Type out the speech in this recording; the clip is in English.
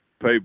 pay